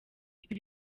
ibi